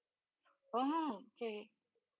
orh okay